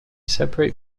separate